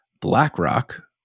BlackRock